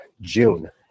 June